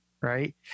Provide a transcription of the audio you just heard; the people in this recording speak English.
right